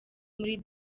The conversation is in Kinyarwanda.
muri